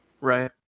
Right